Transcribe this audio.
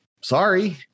Sorry